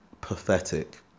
pathetic